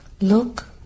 Look